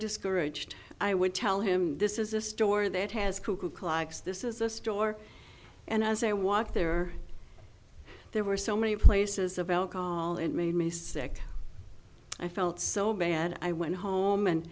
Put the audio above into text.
discouraged i would tell him this is a store that has cuckoo clocks this is a store and as i walked there there were so many places about call it made me sick i felt so bad i went home and